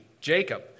Jacob